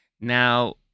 Now